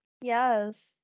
Yes